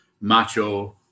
macho